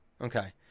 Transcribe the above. okay